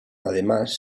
además